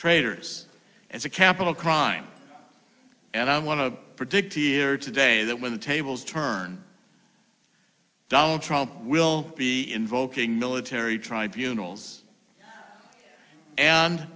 traitors as a capital crime and i want to predict here today that when the tables turn donald trump will be invoking military tribunals and